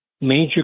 major